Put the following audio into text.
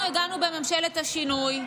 אנחנו הגענו בממשלת השינוי,